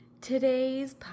Today's